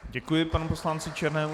Děkuji panu poslanci Černému.